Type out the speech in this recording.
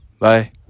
Bye